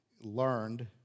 learned